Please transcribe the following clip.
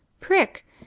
Prick